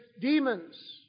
demons